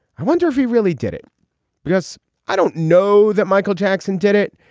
i wonder if he really did it because i don't know that michael jackson did it.